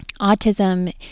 Autism